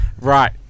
Right